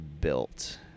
built